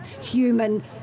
human